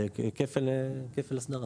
זה כפל הסדרה.